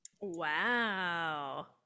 wow